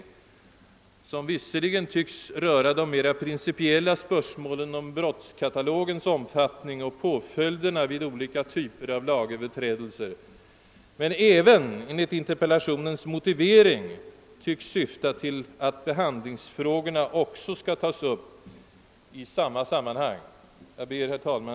Denna skulle visserligen röra de mera principiella spörsmålen om brottskatalogens omfattning och påföljderna vid olika typer av lagöverträdelser men enligt in terpellationens motivering även syfta till att behandlingsfrågorna skulle kunna tas upp i sammanhanget. Herr talman!